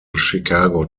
chicago